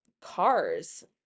cars